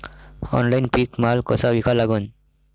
Online पीक माल कसा विका लागन?